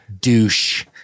douche